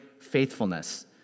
faithfulness